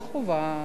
בשבוע שעבר,